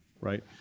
Right